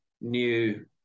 new